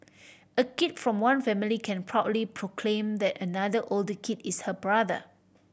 a kid from one family can proudly proclaim that another older kid is her brother